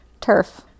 turf